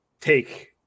take